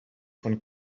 von